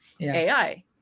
AI